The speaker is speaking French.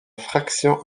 fraction